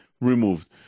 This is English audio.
removed